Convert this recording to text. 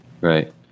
Right